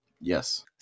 Yes